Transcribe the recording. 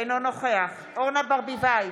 אינו נוכח אורנה ברביבאי,